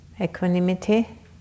equanimity